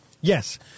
Yes